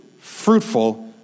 fruitful